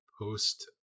post